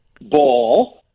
ball